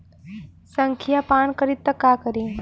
संखिया पान करी त का करी?